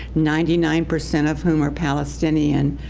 ninety-nine percent of whom are palestinian.